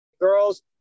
girls